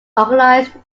organized